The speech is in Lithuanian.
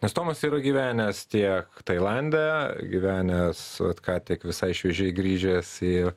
nes tomas yra gyvenęs tiek tailande gyvenęs vat ką tik visai šviežiai grįžęs į